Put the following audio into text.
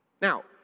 now